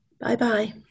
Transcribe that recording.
Bye-bye